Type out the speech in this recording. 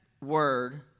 word